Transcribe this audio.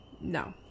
No